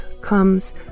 comes